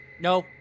No